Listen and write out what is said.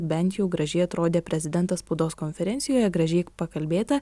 bent jau gražiai atrodė prezidentas spaudos konferencijoje gražiai pakalbėta